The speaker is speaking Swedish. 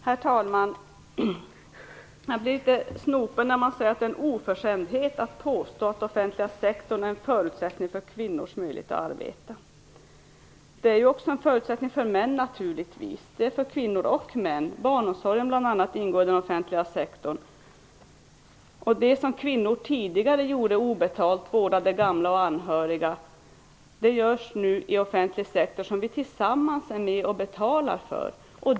Herr talman! Jag blir litet snopen när man säger att det är en oförskämdhet att påstå att offentliga sektorn är en förutsättning för kvinnors möjligheter till arbete. Den är ju naturligtvis också en förutsättning för mäns - både kvinnors och mäns - möjligheter till arbete. Bl.a. barnomsorgen ingår i den offentliga sektorn. Det som kvinnorna tidigare gjorde obetalt - vårdade gamla och anhöriga - görs nu i offentlig sektor, som vi tillsammans är med och betalar för.